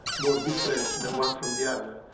more different than one from the other.